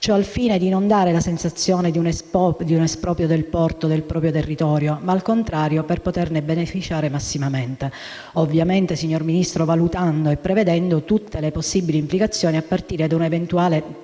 al fine di non dare la sensazione di un esproprio del porto del proprio territorio, ma al contrario per poterne beneficiare massimamente. Ovviamente è opportuno valutare e prevedere tutte le possibili implicazioni, a partire anche da un'eventuale